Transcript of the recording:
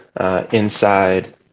inside